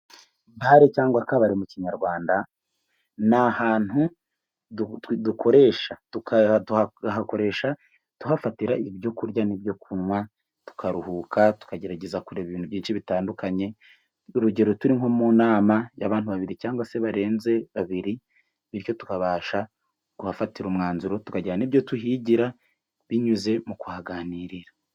Bare cyangwa akabari mu kinyarwanda ni ahantu dukoresha tuhafatira ibyo kurya n'ibyo kunywa, tukaruhuka tukagerageza kureba ibintu byinshi bitandukanye. Urugero: turi nko mu nama y'abantu babiri cyangwa se barenze babiri, bityo tukabasha kuhafatira umwanzuro tukajyana ibyo tuhigira binyuze mu kuhaganirira.